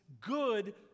good